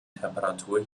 temperatur